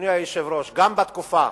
אדוני היושב-ראש, גם בתקופה